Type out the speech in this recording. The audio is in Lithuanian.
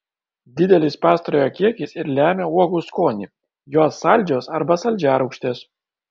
didelis pastarojo kiekis ir lemia uogų skonį jos saldžios arba saldžiarūgštės